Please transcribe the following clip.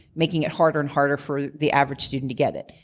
making it harder and harder for the average student to get it.